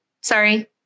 Sorry